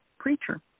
preacher